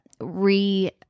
re